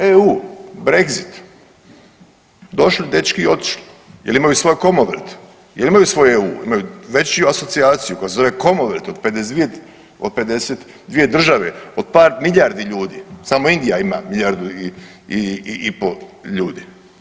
EU, brexit, došli dečki i otišli jel imaju svoje komovere, jel imaju svoj EU, imaju veću asocijaciju koja se zove komovert od 52, od 52 države od par milijardi ljudi, samo Indija ima milijardu i po ljudi.